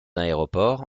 aéroport